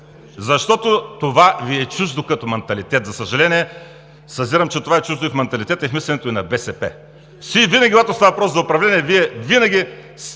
защото това Ви е чуждо като манталитет. За съжаление, съзирам, че това е чуждо в манталитета и мисленето и на БСП. Винаги, когато става въпрос за управление, във Вашите